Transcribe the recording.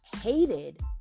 hated